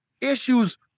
issues